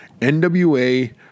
nwa